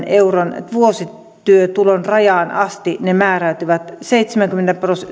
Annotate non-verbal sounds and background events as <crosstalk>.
<unintelligible> euron vuosityötulon rajaan asti ne määräytyvät